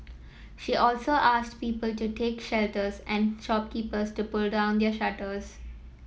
she also asked people to take shelters and shopkeepers to pull down their shutters